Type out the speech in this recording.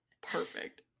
Perfect